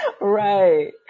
right